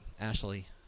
Ashley